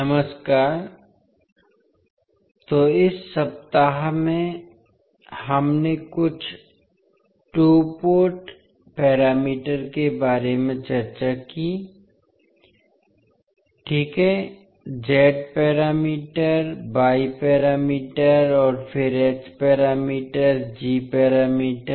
नमस्कार तो इस सप्ताह में हमने कुछ टू पोर्ट पैरामीटर के बारे में चर्चा की ठीक है जेड पैरामीटर वाई पैरामीटर और फिर एच पैरामीटर जी पैरामीटर